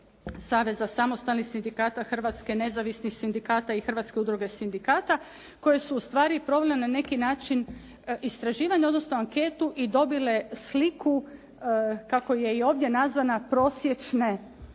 Saveza samostalnih Hrvatske, Nezavisnih sindikata i Hrvatske udruge sindikata koje su ustvari provele na neki način istraživanje odnosno anketu i dobile sliku, kako je i ovdje nazvana, prosječne